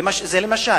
למשל.